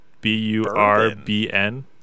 B-U-R-B-N